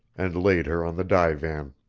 and laid her on the divan.